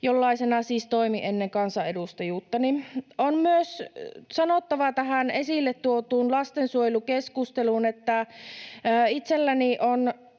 jollaisena siis toimin ennen kansanedustajuuttani. On myös sanottava tähän esille tuotuun lastensuojelukeskusteluun, että itselläni on